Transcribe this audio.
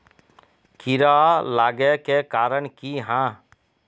कीड़ा लागे के कारण की हाँ?